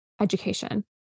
education